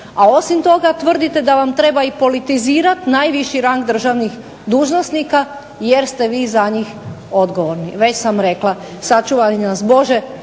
A osim toga, tvrdite da vam treba i politizirat najviši rang državnih dužnosnika jer ste vi za njih odgovorni. Već sam rekla, sačuvaj nas Bože